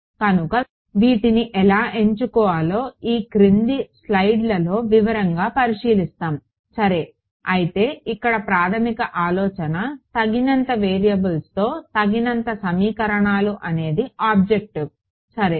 కనుక వీటిని ఎలా ఎంచుకోవాలో ఈ క్రింది స్లైడ్లలో వివరంగా పరిశీలిస్తాము సరే అయితే ఇక్కడ ప్రాథమిక ఆలోచన తగినంత వేరియబుల్స్లో తగినంత సమీకరణాలు అనేది ఆబ్జెక్టివ్ సరే